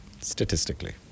statistically